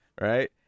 right